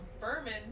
Berman